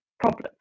Problem